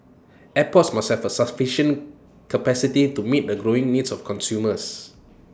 airports must have sufficient capacity to meet the growing needs of consumers